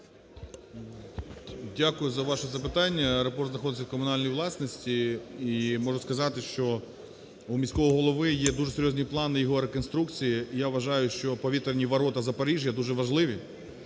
Дякую за ваше запитання. Аеропорт знаходиться в комунальній власності. І можу сказати, що у міського голови є дуже серйозні плани його реконструкції. Я вважаю, що повітряні ворота Запоріжжя дуже важливі,